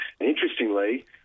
Interestingly